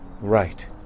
right